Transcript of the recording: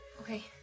Okay